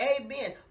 amen